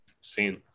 seen